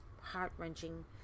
heart-wrenching